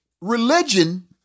religion